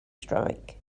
strike